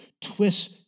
twist